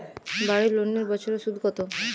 বাড়ি লোনের বছরে সুদ কত?